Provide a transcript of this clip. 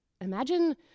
Imagine